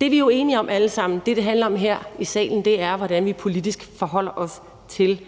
er vi jo enige om alle sammen. Det, det handler om her i salen, er, hvordan vi politisk forholder os til